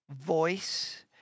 voice